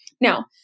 Now